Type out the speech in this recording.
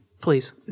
Please